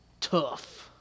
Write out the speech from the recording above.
tough